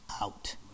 out